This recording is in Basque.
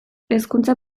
hezkuntzak